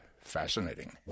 fascinating